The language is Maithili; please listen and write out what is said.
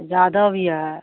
जादव यऽ